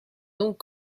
donc